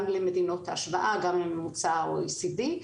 גם למדינות ההשוואה וגם לממוצע ה-OECD,